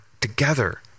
together